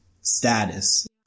status